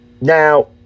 Now